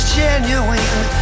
genuine